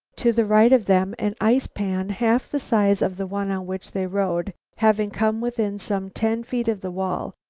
to the right of them an ice-pan half the size of the one on which they rode, having come within some ten feet of the wall,